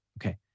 Okay